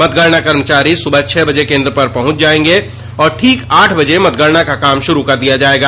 मतगणना कर्मचारी सुबह छह बजे केन्द्र पर पहुंच जायेंगे और ठीक आठ बजे मतगणना का काम शुरू कर दिया जायेगा